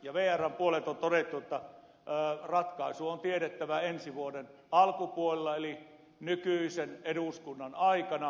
ja vrn puolelta on todettu että ratkaisu on tiedettävä ensi vuoden alkupuolella eli nykyisen eduskunnan aikana